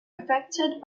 affected